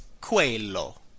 quello